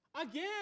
Again